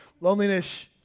loneliness